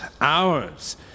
Hours